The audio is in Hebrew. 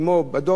בדור הזה,